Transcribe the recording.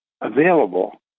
available